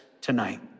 tonight